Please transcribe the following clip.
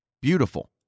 beautiful